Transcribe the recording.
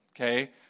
Okay